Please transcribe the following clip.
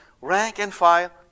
rank-and-file